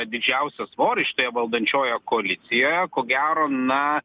didžiausią svorį šitoje valdančioje koalicijoje ko gero na